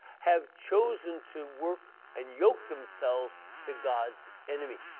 have chosen to work and yoke themselves to god's enemy.